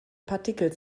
partikel